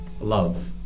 Love